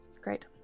Great